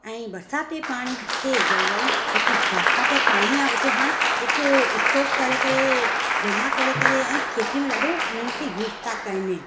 ऐं बरसाति जे पाणी खे जलवायु जो कि बरसाति जे पाणी आहे उते हाणे हिकु स्टोक करे करे जमा करे करे ऐं खेतीअ में ॾाढो उन्हनि खे यूज़ था कनि